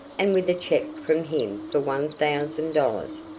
and with a check from him for one thousand dollars.